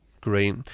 Great